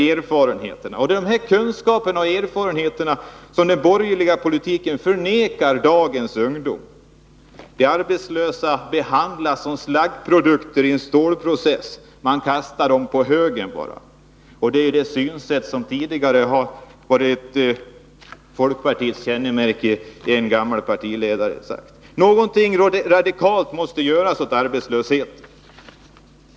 Det är dessa erfarenheter som den borgerliga politiken förnekar dagens ungdom. De arbetslösa behandlas som slaggprodukter i en stålprocess — de kastas bara på en hög. Det är det synsätt som tidigare har varit folkpartiets kännemärke, som en gammal partiledare har sagt. Något radikalt måste göras åt arbetslösheten.